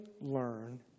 learn